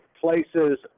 places